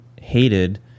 hated